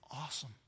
awesome